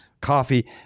coffee